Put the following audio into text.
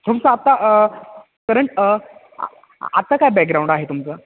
तुमचं आत्ता करंट आत्ता काय बॅकग्राऊंड आहे तुमचं